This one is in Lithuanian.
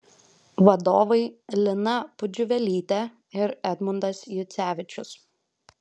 vadovai lina pudžiuvelytė ir edmundas jucevičius